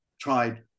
tried